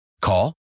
Call